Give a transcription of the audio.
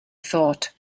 thought